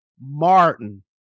Martin